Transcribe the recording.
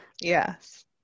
Yes